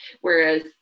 Whereas